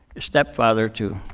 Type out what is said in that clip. stepfather to